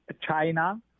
China